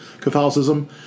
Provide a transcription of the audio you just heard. Catholicism